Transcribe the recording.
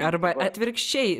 arba atvirkščiai